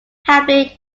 happily